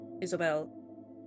Isabel